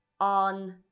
on